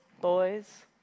Boys